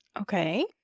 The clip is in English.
Okay